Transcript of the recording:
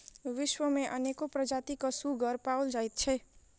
विश्व मे अनेको प्रजातिक सुग्गर पाओल जाइत छै